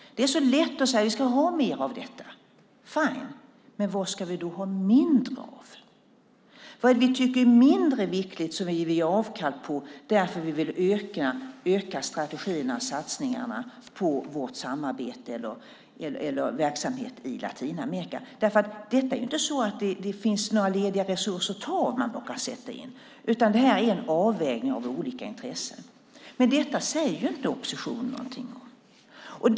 Det är lätt att säga att man ska mer av detta, men vad ska vad man då ha mindre av? Vad tycker ni är mindre viktigt som ni vill göra avkall på för att öka satsningarna på verksamheten i Latinamerika? Det finns inga lediga resurser att ta av och sätta in, utan detta är en avvägning av olika intressen. Detta säger inte oppositionen något om.